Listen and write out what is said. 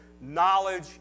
knowledge